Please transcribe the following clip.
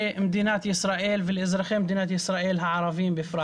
מדינת ישראל ולאזרחי מדינת ישראל הערביים בפרט.